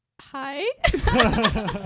Hi